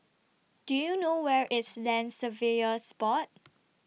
Do YOU know Where IS Land Surveyors Board